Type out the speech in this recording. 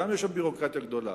גם שם יש ביורוקרטיה גדולה,